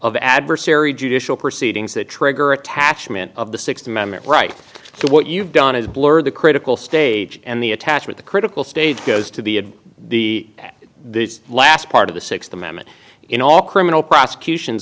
of adversary judicial proceedings that trigger attachment of the sixth amendment right to what you've done is blurred the critical stage and the attachment the critical stage goes to be at the at the last part of the sixth amendment in all criminal prosecutions